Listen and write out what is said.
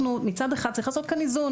מצד אחד צריך לעשות כאן איזון